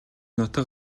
нутаг